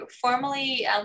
formally